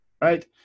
right